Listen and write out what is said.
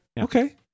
Okay